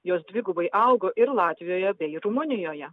jos dvigubai augo ir latvijoje bei rumunijoje